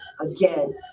again